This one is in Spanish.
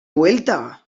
vuelta